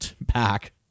back